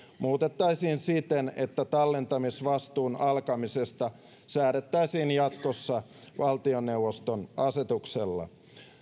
muutettaisiin siten että tallentamisvastuun alkamisesta säädettäisiin jatkossa valtioneuvoston asetuksella